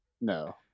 No